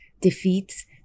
defeats